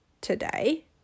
today